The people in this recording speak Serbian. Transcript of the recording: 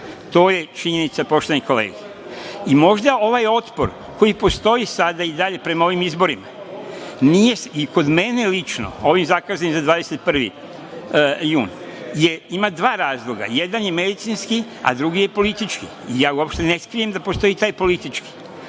To je činjenica poštovane kolege.I možda ovaj otpor koji postoji sada i dalje prema ovim izborima nije i kod mene lično, ovim zakazanim za 21. juni, ima dva razloga. Jedan je medicinski, a drugi je politički. Ja uopšte ne krijem da postoji i taj politički.